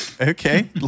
okay